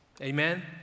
Amen